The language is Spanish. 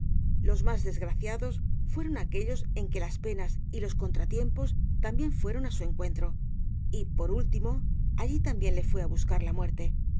los más desgraciados fueron aquellos en que las penas y los contratiempos también fueron á su encuentro y por último allí también le fué á buscar la muerte